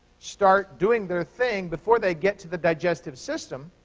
start doing their thing before they get to the digestive system,